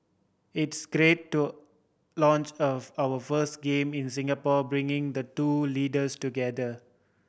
it's great to launch of our first game in Singapore bringing the two leaders together